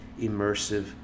immersive